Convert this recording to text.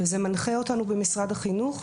זה מנחה אותנו במשרד החינוך,